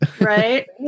right